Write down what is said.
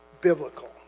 biblical